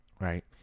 right